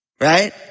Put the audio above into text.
right